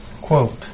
quote